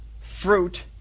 fruit